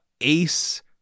Ace